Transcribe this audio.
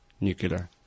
nuclear